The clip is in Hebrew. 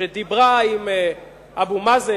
שדיברה עם אבו מאזן,